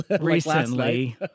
recently